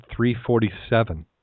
3.47